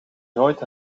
nooit